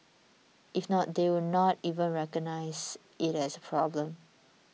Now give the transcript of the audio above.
if not they would not even recognise it as a problem